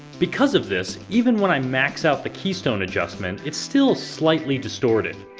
because of this, even when i max out the keystone adjustment, it's still slightly distorted.